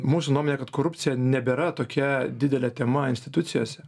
mūsų nuomone kad korupcija nebėra tokia didele tema institucijose